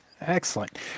Excellent